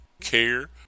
care